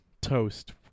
Toast